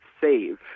save